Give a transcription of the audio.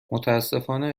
متأسفانه